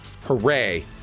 Hooray